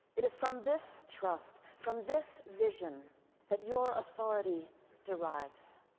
it is from this trust, from this vision that your authority derives.